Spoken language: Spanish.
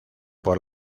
por